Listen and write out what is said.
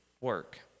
work